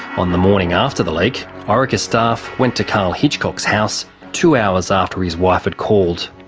on the morning after the leak, orica staff went to karl hitchcock's house two hours after his wife had called.